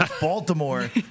Baltimore